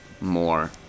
more